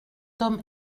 homme